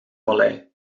vallei